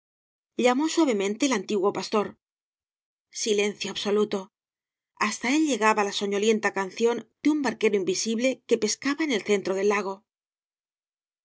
llamó suavemente antiguo pastor silencio absoluto hasta él llegaba la soñolienta canción de un barquero invisible que pescaba en el centro del lago